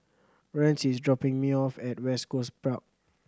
Rance is dropping me off at West Coast